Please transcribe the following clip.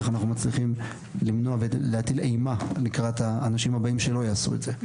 איך אנחנו מצליחים להטיל אימה לקראת האנשים הבאים שלא יעשו את זה.